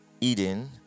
Eden